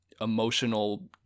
emotional